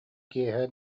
киэһэ